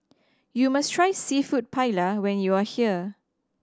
you must try Seafood Paella when you are here